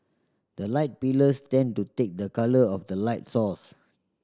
the light pillars tend to take the colour of the light source